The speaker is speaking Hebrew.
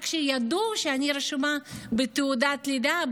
רק שהתלמידים ידעו שאני רשומה בתעודת לידה,